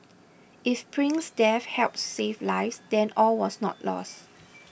if Prince's death helps save lives then all was not lost